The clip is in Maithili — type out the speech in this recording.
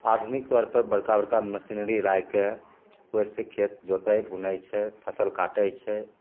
आधुनिक तौर पर बड़का बड़का मशीनरी लैके ओहि से खेत जोतै बुनै छै फसल काटै छै